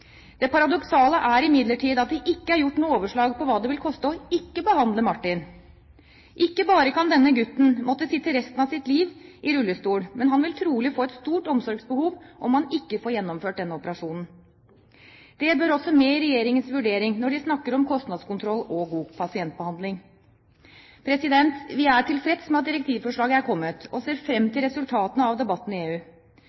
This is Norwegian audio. Det paradoksale er imidlertid at det ikke er gjort noe overslag over hva det vil koste ikke å behandle Martin. Ikke bare kan denne gutten måtte sitte resten av sitt liv i rullestol, men han vil trolig få et stort omsorgsbehov om han ikke får gjennomført denne operasjonen. Det bør også med i regjeringens vurdering når de snakker om kostnadskontroll og god pasientbehandling. Vi er tilfreds med at direktivforslaget er kommet, og ser frem